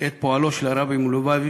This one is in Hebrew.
את פועלו של הרבי מלובביץ',